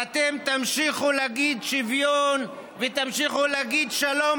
ואתם תמשיכו להגיד שוויון ותמשיכו להגיד שלום,